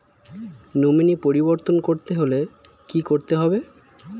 Nominee পরিবর্তন করতে হলে কী করতে হবে?